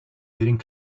getting